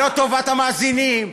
לא טובת המאזינים,